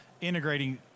integrating